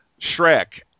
Shrek